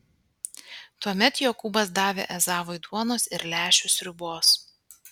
tuomet jokūbas davė ezavui duonos ir lęšių sriubos